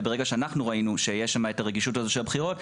וברגע שאנחנו ראינו שיש שם את הרגישות הזאת של הבחירות,